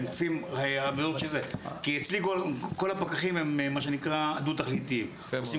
כל הפקחים אצלי הם דו-תכליתיים עושים